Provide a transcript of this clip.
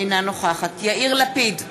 אינה נוכחת יאיר לפיד,